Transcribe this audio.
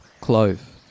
Clove